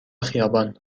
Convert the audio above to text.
خیابان